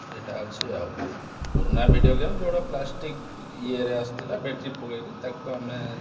ଏଇଟା ଅଛି ଆଉ ପୁରୁଣା ଭିଡ଼ିଓ ଗେମ୍ ଯେଉଁଟା ପ୍ଲାଷ୍ଟିକ ଇଏରେ ଆସୁଥିଲା ବେଟ୍ରି ପକାଇକି ତାକୁ ଆମେ